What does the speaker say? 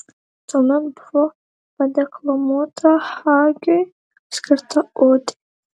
tuomet buvo padeklamuota hagiui skirta odė